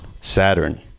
Saturn